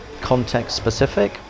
context-specific